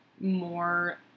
more